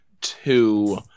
two